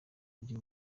mujyi